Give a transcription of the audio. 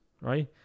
right